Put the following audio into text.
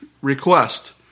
request